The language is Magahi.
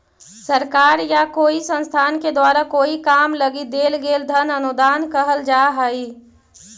सरकार या कोई संस्थान के द्वारा कोई काम लगी देल गेल धन अनुदान कहल जा हई